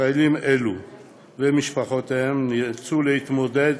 ישראלים אלו ומשפחותיהם נאלצו להתמודד